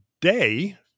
today